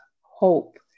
hope